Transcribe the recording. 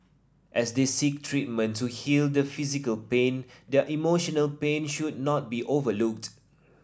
as they seek treatment to heal the physical pain their emotional pain should not be overlooked